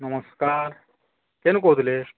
ନମସ୍କାର କିଏ କହୁଥିଲେ